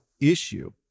issue